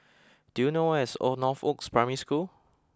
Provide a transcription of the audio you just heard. do you know where is Northoaks Primary School